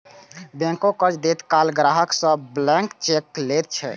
बैंको कर्ज दैत काल ग्राहक सं ब्लैंक चेक लैत छै